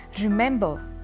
Remember